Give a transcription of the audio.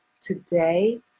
today